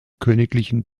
königlichen